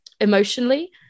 emotionally